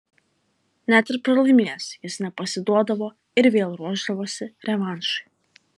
net ir pralaimėjęs jis nepasiduodavo ir vėl ruošdavosi revanšui